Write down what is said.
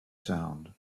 sound